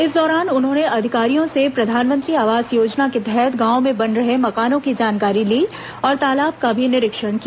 इस दौरान उन्होंने अधिकारियों से प्रधानमंत्री आवास योजना के तहत गांवों में बन रहे मकानों की जानकारी ली और तालाब का भी निरीक्षण किया